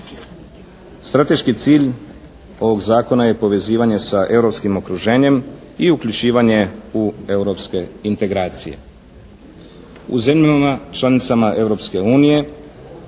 Strateški cilj ovog zakona je povezivanje sa europskim okruženjem i uključivanje u europske integracije. U zemljama članicama Europske unije,